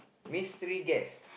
mystery guest